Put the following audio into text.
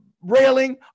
railing